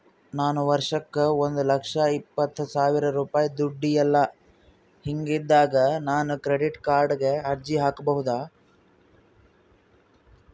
ನಾನು ವರ್ಷಕ್ಕ ಒಂದು ಲಕ್ಷ ಇಪ್ಪತ್ತು ಸಾವಿರ ರೂಪಾಯಿ ದುಡಿಯಲ್ಲ ಹಿಂಗಿದ್ದಾಗ ನಾನು ಕ್ರೆಡಿಟ್ ಕಾರ್ಡಿಗೆ ಅರ್ಜಿ ಹಾಕಬಹುದಾ?